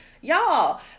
Y'all